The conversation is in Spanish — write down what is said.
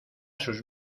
sus